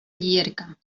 llierca